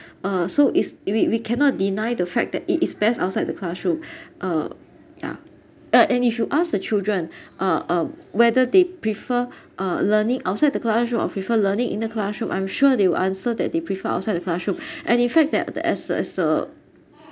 uh so is we we cannot deny the fact that it is best outside the classroom uh ya uh and you should ask the children uh um whether they prefer uh learning outside the classroom or prefer learning in the classroom I'm sure they will answer that they prefer outside the classroom and in fact that the as the as the